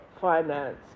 finance